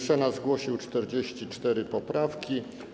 Senat zgłosił 44 poprawki.